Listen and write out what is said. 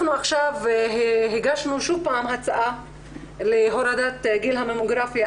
אנחנו עכשיו הגשנו שוב פעם הצעה להורדת גיל הממוגרפיה,